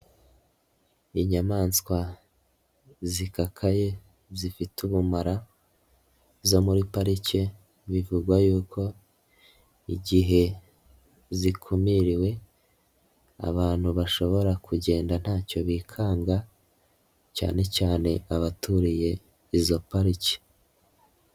Inyamaswa zikakaye zifite ubumara, zo muri parike, bivugwa yuko igihe zikumiriwe, abantu bashobora kugenda ntacyo bikanga, cyane cyane abaturiye izo pariki.